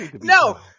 No